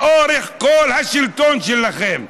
לאורך כל השלטון שלכם.